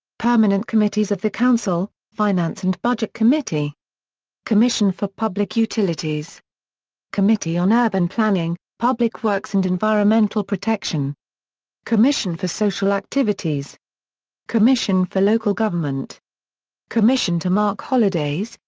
permanent committees of the council finance and budget committee commission for public utilities committee on urban planning, public works and environmental protection commission for social activities commission for local government commission to mark holidays,